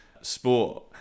sport